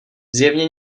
zjevně